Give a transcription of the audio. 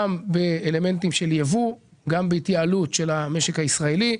אם באלמנטים של ייבוא, בהתייעלות של המשק הישראלי,